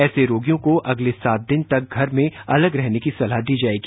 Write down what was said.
ऐसे रोगियों को अगले सात दिन तक घर में अलग रहने की सलाह दी जाएगी